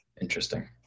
Interesting